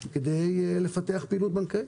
כדי לפתח פעילות בנקאית.